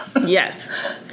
Yes